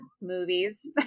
movies